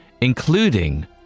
including